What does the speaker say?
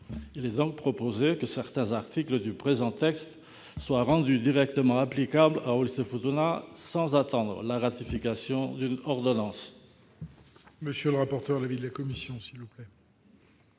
Il est donc proposé que certains articles du présent texte soient rendus directement applicables à Wallis-et-Futuna sans attendre la ratification d'une ordonnance.